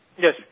Yes